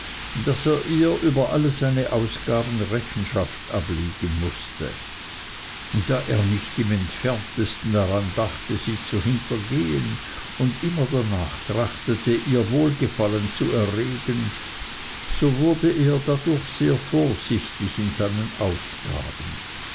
daß er ihr über alle seine ausgaben rechenschaft ablegen mußte da er nicht im entferntesten daran dachte sie zu hintergehen und immer danach trachtete ihr wohlgefallen zu erregen so wurde er dadurch sehr vorsichtig in seinen ausgaben